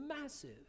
massive